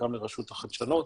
חלקם לרשות החדשנות.